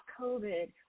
COVID